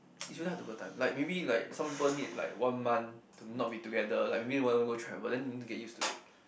it's really hard to put a time like maybe like someone burn it like one month to not be together like maybe want go travel then you need to get used to it